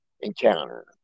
encounter